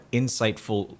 insightful